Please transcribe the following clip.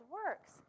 works